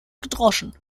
gedroschen